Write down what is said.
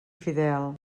fidel